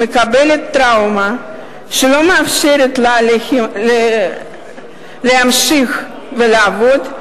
או מקבלת טראומה שלא מאפשרת לה להמשיך לעבוד,